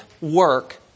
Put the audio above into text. work